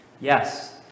Yes